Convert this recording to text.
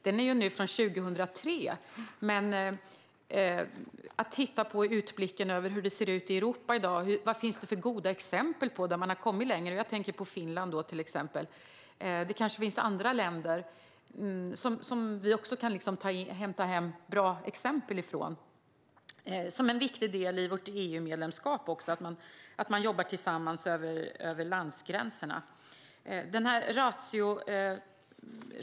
Den är från 2003, men man skulle kunna titta på hur det ser ut i Europa i dag. Vad finns det för goda exempel där man har kommit längre? Jag tänker på Finland, men det kanske finns andra länder som vi kan hämta hem bra exempel från. Det är också en viktig del i vårt EU-medlemskap att man jobbar tillsammans över landsgränserna.